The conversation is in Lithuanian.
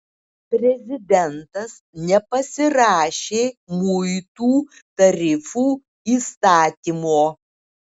prezidentas nepasirašė muitų tarifų įstatymo